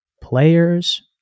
Players